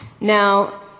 Now